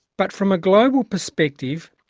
but from a global perspective,